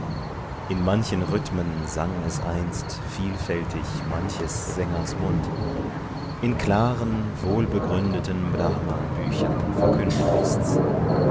in manchen rhythmen sang es einst vielfältig manches sängers mund in klaren wohlbegründeten brahman büchern verkündet ist's